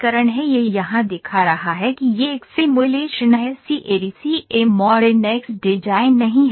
यह यहाँ दिखा रहा है कि यह एक सिमुलेशन है सीएडी सीएएम और एनएक्स डिजाइन नहीं है